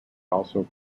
also